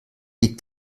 liegt